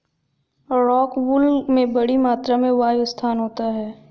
rockwool में बड़ी मात्रा में वायु स्थान होता है